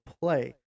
play